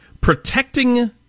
protecting